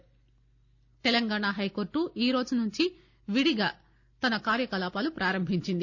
ప్రత్యేక తెలంగాణ హైకోర్టు ఈరోజు నుంచి విడిగా తన కార్యకలాపాలు ప్రారంభించింది